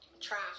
trash